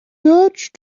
urge